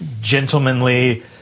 gentlemanly